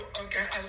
okay